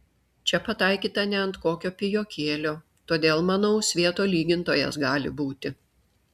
čia pataikyta ne ant kokio pijokėlio todėl manau svieto lygintojas gali būti